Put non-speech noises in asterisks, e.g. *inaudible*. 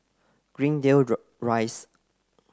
Greendale *unintelligible* Rise